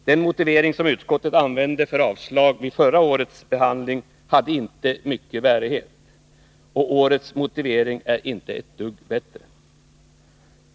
Den motivering som utskottet använde för avslag vid förra årets behandling hade inte mycken bärighet, och årets motivering är inte ett dugg bättre.